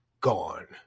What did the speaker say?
gone